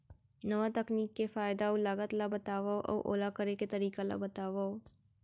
नवा तकनीक के फायदा अऊ लागत ला बतावव अऊ ओला करे के तरीका ला बतावव?